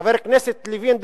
חבר הכנסת לוין,